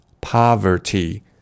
poverty